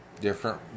different